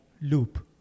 loop